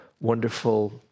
wonderful